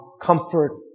comfort